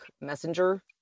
messenger